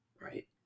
right